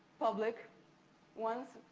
public ones.